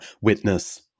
witness